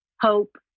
hope